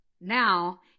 now